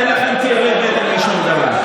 אין לכם כאבי בטן משום דבר.